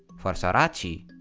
for sorachi,